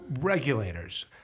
regulators